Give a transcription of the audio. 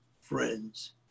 friends